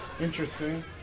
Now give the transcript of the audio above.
interesting